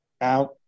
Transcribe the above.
out